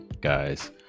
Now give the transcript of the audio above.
guys